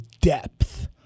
depth